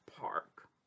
Park